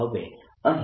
હવે અહીં